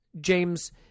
James